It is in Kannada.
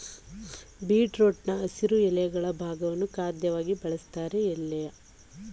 ಬೀಟ್ರೂಟ್ನ ಹಸಿರು ಎಲೆಗಳ ಭಾಗವನ್ನು ಖಾದ್ಯವಾಗಿ ಬಳಸ್ತಾರೆ ಎಳೆಯ ಎಲೆಗಳನ್ನು ಸಲಾಡ್ಗಳಿಗೆ ಸೇರ್ಸಿ ತಿಂತಾರೆ